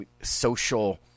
social